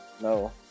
no